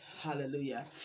Hallelujah